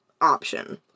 option